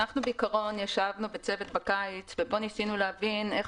אנחנו בעיקרון ישבנו בצוות בקיץ וניסינו להבין איך